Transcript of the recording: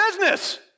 business